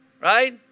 right